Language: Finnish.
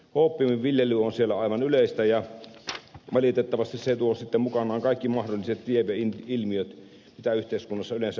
oopiumin viljely on siellä aivan yleistä ja valitettavasti se tuo mukanaan kaikki mahdolliset lieveilmiöt joita yhteiskunnassa yleensä pystyy olemaan